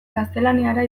gaztelaniara